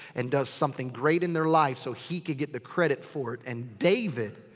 and does something great in their life. so he could get the credit for it. and david.